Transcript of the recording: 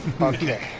Okay